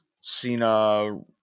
cena